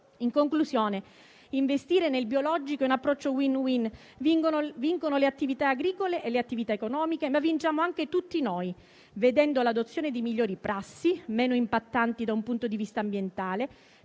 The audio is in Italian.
In conclusione, investire nel biologico è un approccio *win-win*, vincono le attività agricole e le attività economiche, ma vinciamo anche tutti noi, vedendo l'adozione di migliori prassi, meno impattanti da un punto di vista ambientale,